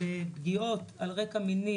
בפגיעות על רקע מיני,